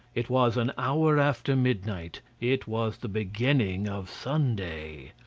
it was an hour after midnight, it was the beginning of sunday.